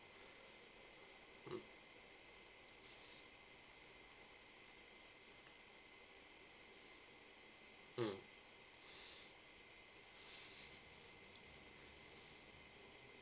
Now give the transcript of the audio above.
mm mm